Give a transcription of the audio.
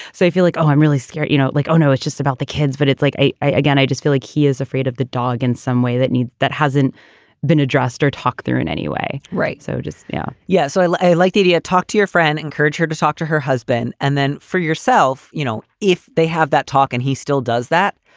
so i feel like, oh, i'm really scared, you know, like, oh, no, it's just about the kids. but it's like i i again, i just feel like he is afraid of the dog in some way that needs that hasn't been addressed or talked there in any way. right. so just. yeah yeah. so i like i like the idea. talk to your friend. encourage her to talk to her husband and then for yourself, you know, if they have that talk and he still does that.